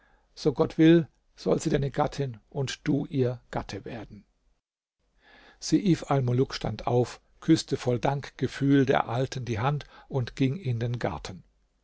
so gott will soll sie deine gattin und du ihr gatte werden seif almuluk stand auf küßte voll dankgefühl der alten die hand und ging in den garten